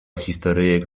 historyjek